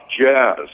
jazz